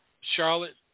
Charlotte